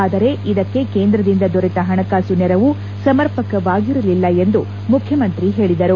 ಆದರೆ ಇದಕ್ಕೆ ಕೇಂದ್ರದಿಂದ ದೊರೆತ ಹಣಕಾಸು ನೆರವು ಸಮರ್ಪಕವಾಗಿರಲಿಲ್ಲ ಎಂದು ಮುಖ್ಯಮಂತ್ರಿ ಹೇಳಿದರು